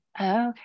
Okay